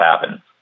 happen